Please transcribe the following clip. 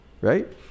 right